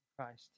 Christ